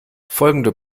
folgende